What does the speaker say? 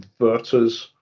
inverters